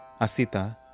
Asita